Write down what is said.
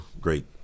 Great